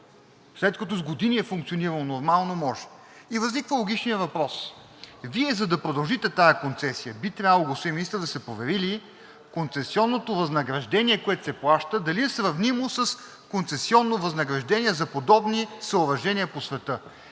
След като с години е функционирало нормално, може. И възниква логичният въпрос: Вие, за да продължите тази концесия, би трябвало, господин Министър, да сте проверили концесионното възнаграждение, което се плаща, дали е сравнимо с концесионно възнаграждение за подобни съоръжения по света.